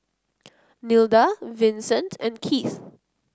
Nilda Vicente and Keith